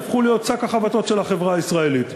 שהפכו להיות שק החבטות של החברה הישראלית.